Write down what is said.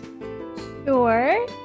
Sure